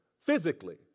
physically